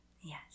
yes